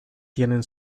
tienen